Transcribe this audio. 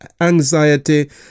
Anxiety